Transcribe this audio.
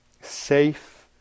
safe